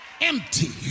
empty